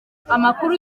amakuru